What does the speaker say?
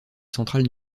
centrales